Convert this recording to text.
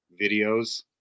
videos